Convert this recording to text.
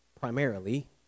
primarily